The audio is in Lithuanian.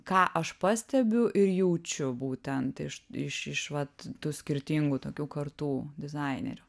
ką aš pastebiu ir jaučiu būtent iš iš iš vat tų skirtingų tokių kartų dizainerių